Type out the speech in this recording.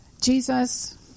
Jesus